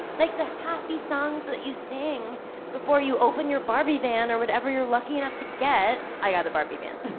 like the happy songs that you sing before you open your barbie van or whatever you're lucky enough to get. i got the barbie van.